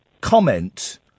comment